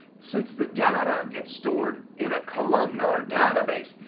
since the data gets stored in a columnar database,